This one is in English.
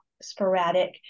sporadic